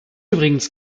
übrigens